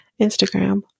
Instagram